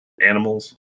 animals